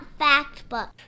factbook